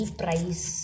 price